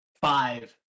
five